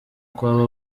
kw’aba